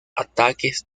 ataques